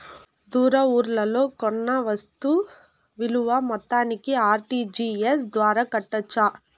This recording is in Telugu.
దూర ఊర్లలో కొన్న వస్తు విలువ మొత్తాన్ని ఆర్.టి.జి.ఎస్ ద్వారా కట్టొచ్చా?